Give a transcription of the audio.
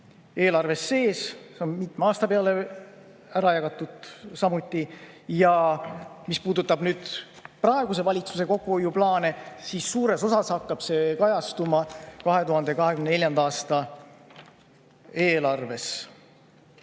eelarves sees. See on mitme aasta peale ära jagatud. Ja mis puudutab praeguse valitsuse kokkuhoiuplaane, siis suures osas hakkab see kajastuma 2024. aasta eelarves.